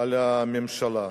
על הממשלה.